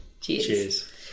Cheers